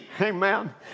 amen